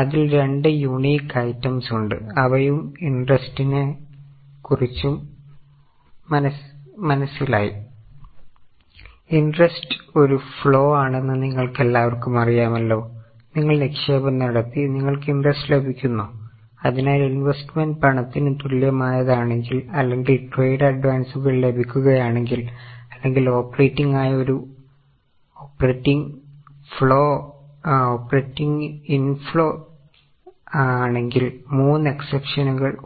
അതിൽ രണ്ട് unique items